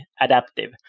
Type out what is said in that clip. adaptive